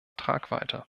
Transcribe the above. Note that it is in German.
tragweite